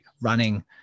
running